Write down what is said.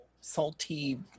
Salty